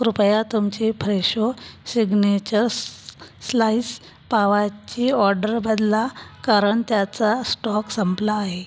कृपया तुमची Fresho signature स स्लाइस पावाची ऑर्डर बदला कारण त्याचा स्टॉक संपला आहे